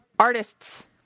artists